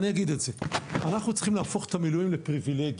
אנחנו צריכים להפוך את המילואים לפריווילגיה.